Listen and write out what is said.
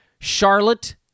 Charlotte